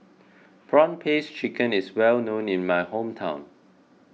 Prawn Paste Chicken is well known in my hometown